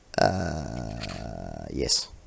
Yes